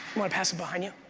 want to pass it behind you?